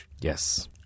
Yes